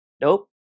Nope